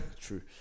True